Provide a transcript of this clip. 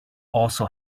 also